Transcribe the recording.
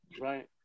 Right